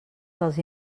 dels